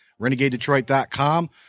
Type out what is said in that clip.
renegadedetroit.com